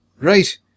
Right